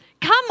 come